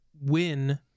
win